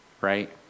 right